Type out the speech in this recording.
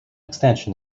extension